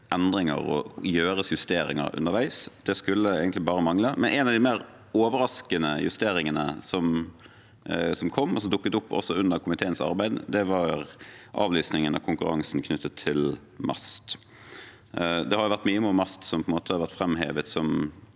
endringer og gjøres justeringer underveis – det skulle egentlig bare mangle – men en av de mer overraskende justeringene som kom, som også dukket opp under komiteens arbeid, var avlysningen av konkurransen knyttet til MAST. Det har vært mye ved MAST som har vært framhevet som